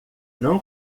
não